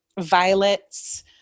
violets